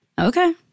Okay